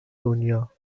دنیا